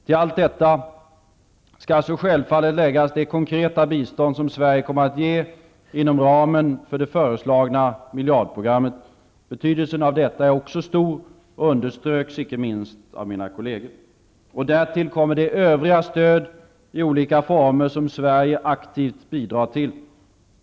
Till allt detta skall så självfallet läggas det konkreta bistånd som Sverige kommer att ge inom ramen för det föreslagna miljardprogrammet. Betydelsen av detta är stor och underströks icke minst av mina kolleger. Och därtill kommer det övriga stöd i olika former som Sverige aktivt bidrar till.